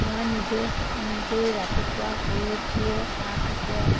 মই নিজেই নিজেই ৰাতিপুৱা শুই উঠিয়ে হাঁহ কুকুৰা